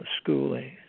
schooling